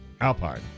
alpine